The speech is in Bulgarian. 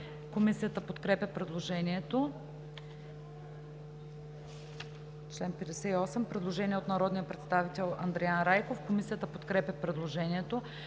Комисията подкрепя предложението.